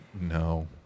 No